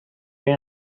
این